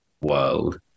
world